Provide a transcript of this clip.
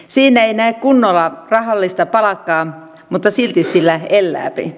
siinä ei näe kunnolla rahallista palkkaa mutta silti sillä elääpi